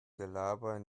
gelaber